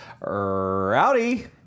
rowdy